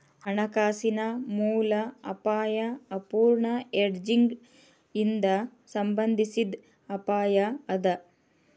ಹಣಕಾಸಿನ ಮೂಲ ಅಪಾಯಾ ಅಪೂರ್ಣ ಹೆಡ್ಜಿಂಗ್ ಇಂದಾ ಸಂಬಂಧಿಸಿದ್ ಅಪಾಯ ಅದ